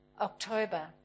October